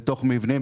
לתוך מבנים,